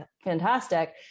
fantastic